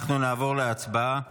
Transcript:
אנחנו נעבור להצבעה.